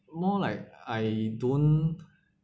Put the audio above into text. more like I don't